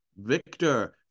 Victor